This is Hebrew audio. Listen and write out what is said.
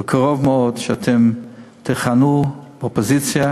שבקרוב מאוד אתם תכונו "אופוזיציה".